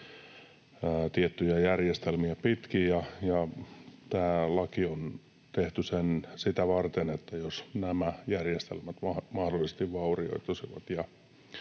tiettyjä järjestelmiä pitkin. Tämä laki on tehty sitä varten, jos nämä järjestelmät mahdollisesti vaurioituisivat.